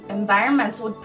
environmental